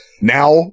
Now